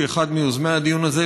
כאחד מיוזמי הדיון הזה,